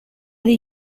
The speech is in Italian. dei